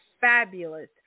fabulous